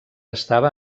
estava